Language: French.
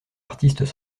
artistes